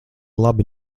labi